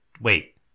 Wait